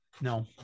No